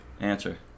answer